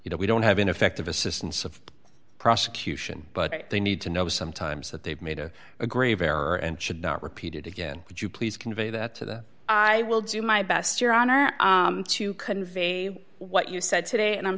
you know we don't have ineffective assistance of prosecution but they need to know sometimes that they've made a grave error and should not repeat it again would you please convey that to that i will do my best your honor to convey what you said today and i'm